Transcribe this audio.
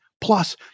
Plus